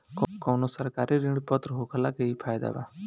कवनो सरकारी ऋण पत्र होखला के इ फायदा बा